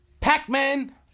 Pac-Man